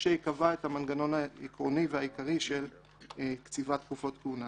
כשהיא קבעה את המנגנון העקרוני והעיקרי של קציבת תקופות כהונה.